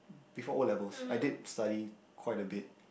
before O-levels I did study quite a bit